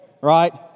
right